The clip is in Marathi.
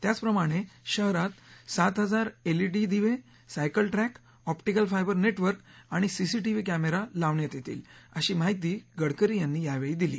त्याचप्रमाणे शहरात सात हजार एलईडी दिवे cycle track optical fibre network आणि सीसीटीव्ही कॅमेरा लावण्यात येतील अशी माहिती गडकरी यांनी यावेळी दिली